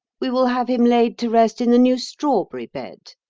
we will have him laid to rest in the new strawberry bed